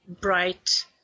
bright